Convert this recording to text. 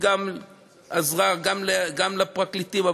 וגם עזרה, גם לפרקליטים.